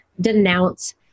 denounce